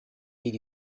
did